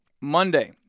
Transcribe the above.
Monday